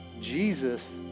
Jesus